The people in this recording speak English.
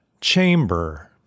chamber